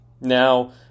Now